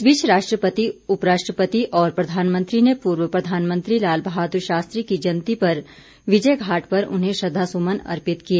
इस बीच राष्ट्रपति उप राष्ट्रपति और प्रधानमंत्री ने पूर्व प्रधानमंत्री लाल बहादुर शास्त्री की जयंती पर विजय घाट पर उन्हें श्रद्धा सुमन अर्पित किए